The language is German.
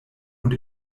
und